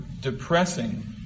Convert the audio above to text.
Depressing